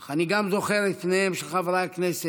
אך אני גם זוכר את פניהם של חברי הכנסת